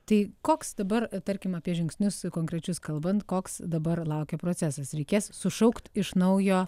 tai koks dabar tarkim apie žingsnius konkrečius kalbant koks dabar laukia procesas reikės sušaukt iš naujo